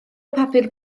papur